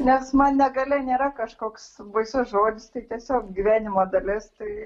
nes man negalia nėra kažkoks baisus žodis tai tiesiog gyvenimo dalis tai